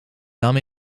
dam